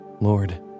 Lord